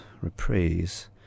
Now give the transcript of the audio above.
reprise